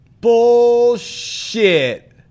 Bullshit